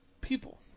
people